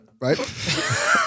right